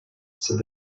said